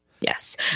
Yes